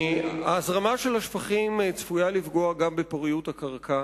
ההזרמה של השפכים צפויה לפגוע גם בפוריות הקרקע.